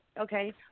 Okay